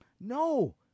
No